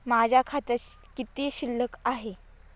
माझ्या खात्यात किती शिल्लक आहे?